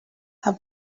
have